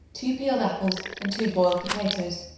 two peeled apples and two boiled potatoes.